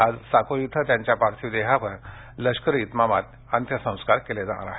आज साकोरी इथं त्यांच्या पार्थिवावर लष्करी इतमामात अंत्यसंस्कार केले जाणार आहेत